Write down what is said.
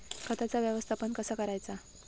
खताचा व्यवस्थापन कसा करायचा?